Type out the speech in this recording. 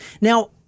Now